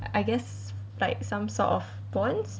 I guess like some sort of bonds